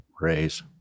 raise